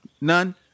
none